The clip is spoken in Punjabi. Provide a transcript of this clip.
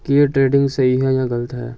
ਕੀ ਇਹ ਟ੍ਰੇਡਿੰਗ ਸਹੀ ਹੈ ਜਾਂ ਗਲਤ ਹੈ